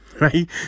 right